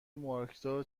مارکدار